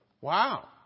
Wow